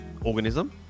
organism